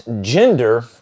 gender